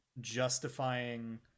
justifying